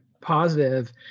positive